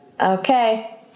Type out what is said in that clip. Okay